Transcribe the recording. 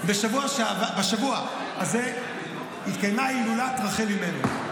בשבוע הזה התקיימה הילולת רחל אימנו.